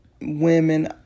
women